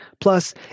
Plus